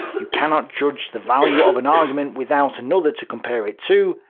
you cannot judge the value of an argument without another to compare it to,